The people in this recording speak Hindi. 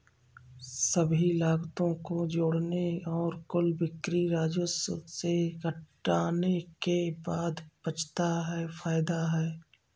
सभी लागतों को जोड़ने और कुल बिक्री राजस्व से घटाने के बाद बचता है फायदा है